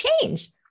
change